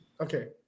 Okay